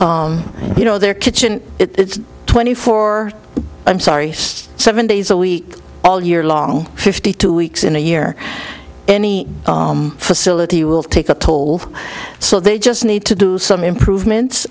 you know their kitchen it's twenty four i'm sorry seven days a week all year long fifty two weeks in a year any facility will take a toll so they just need to do some improvement